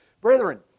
Brethren